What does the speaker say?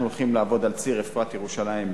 אנחנו הולכים לעבוד על ציר אפרת ירושלים,